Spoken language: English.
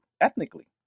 ethnically